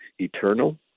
eternal